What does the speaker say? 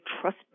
trust